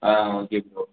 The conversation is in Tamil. ஆ கேட்குது ப்ரோ